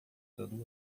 todo